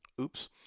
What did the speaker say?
Oops